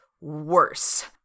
worse